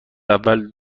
اول